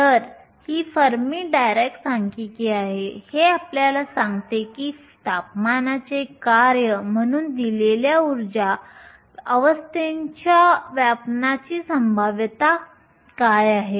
तर ही Fermi Dirac सांख्यिकी आहे आणि हे आपल्याला सांगते की तापमानाचे कार्य म्हणून दिलेल्या ऊर्जा अवस्थेच्या व्यापण्याची संभाव्यता काय आहे